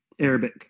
Arabic